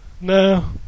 No